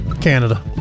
Canada